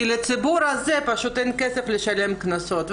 כי לציבור הזה פשוט אין כסף לשלם קנסות,